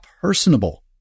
personable